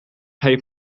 pay